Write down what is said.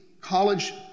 college